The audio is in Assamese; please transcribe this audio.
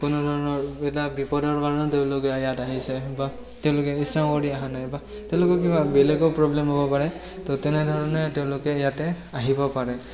কোনো ধৰণৰ এটা বিপদৰ কাৰণ তেওঁলোক ইয়াত আহিছে বা তেওঁলোকে ইচ্ছা কৰি অহা নাই বা তেওঁলোকৰ কিবা বেলেগো প্ৰব্লেম হ'ব পাৰে তো তেনেধৰণে তেওঁলোকে ইয়াতে আহিব পাৰে